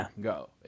go